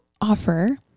offer